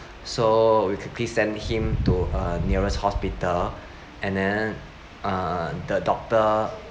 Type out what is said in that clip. so we quickly send him to a nearest hospital and then uh the doctor